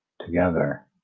together